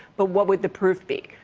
but what would the proof be?